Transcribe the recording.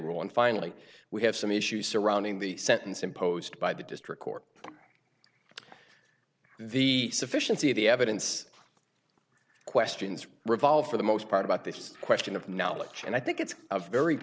and finally we have some issues surrounding the sentence imposed by the district court the sufficiency of the evidence questions revolve for the most part about this question of knowledge and i think it's a very